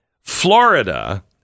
Florida